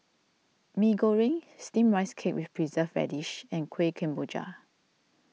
Mee Goreng Steamed Rice Cake with Preserved Radish and Kueh Kemboja